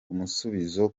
umusubizo